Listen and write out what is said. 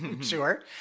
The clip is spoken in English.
Sure